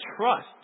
trust